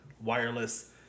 wireless